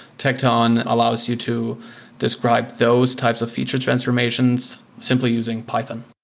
tecton allows you to describe those types of feature transformations simply using python.